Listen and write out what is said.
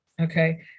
okay